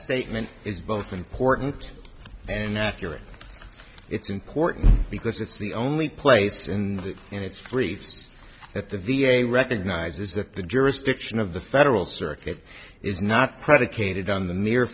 statement is both important and accurate it's important because it's the only place in its brief at the v a recognizes that the jurisdiction of the federal circuit is not predicated on the mere